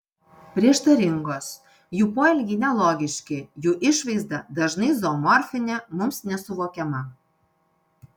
prieštaringos jų poelgiai nelogiški jų išvaizda dažnai zoomorfinė mums nesuvokiama